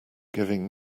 giving